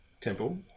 Temple